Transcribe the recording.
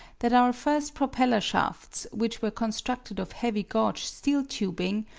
that our first propeller shafts, which were constructed of heavy gauge steel tubing,